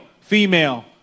female